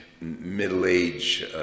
middle-aged